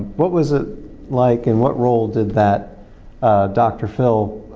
what was it like and what role did that dr. phil